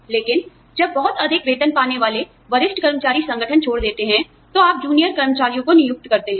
लेकिन जब बहुत अधिक वेतन पाने वाले वरिष्ठ कर्मचारी संगठन छोड़ देते हैं तो आप जूनियर कर्मचारियों को नियुक्त करते हैं